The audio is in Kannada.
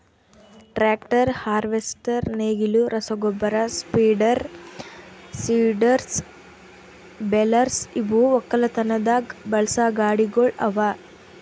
ಟ್ರ್ಯಾಕ್ಟರ್, ಹಾರ್ವೆಸ್ಟರ್, ನೇಗಿಲು, ರಸಗೊಬ್ಬರ ಸ್ಪ್ರೀಡರ್, ಸೀಡರ್ಸ್, ಬೆಲರ್ಸ್ ಇವು ಒಕ್ಕಲತನದಾಗ್ ಬಳಸಾ ಗಾಡಿಗೊಳ್ ಅವಾ